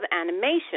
animation